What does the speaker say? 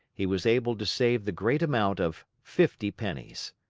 he was able to save the great amount of fifty pennies.